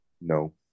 No